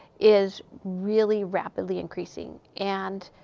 is really rapidly increasing. and,